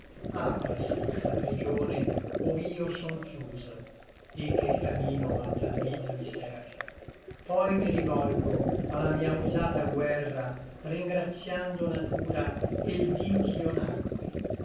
aprasi la pregione ov'io son chiuso et che l camino a tal vita mi serra poi mi rivolgo a la mia usata guerra ringratiando natura e l dí ch'io nacqui